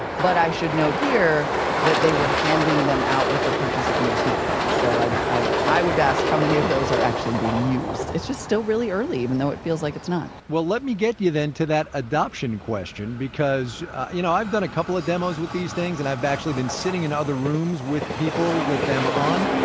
but i should note here that they were handing them out with the purchase of new smartphones. so i would ask, how many of those are actually being used? it's just still really early, even though it feels like it's not well, let me get you then to that adoption question. because you know i've done a couple of demos with these things, and i've actually been sitting in rooms with people with them on,